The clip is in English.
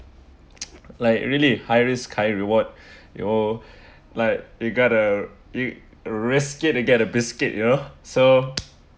like really high risk high reward you're like you got a you risky to get a biscuit you know so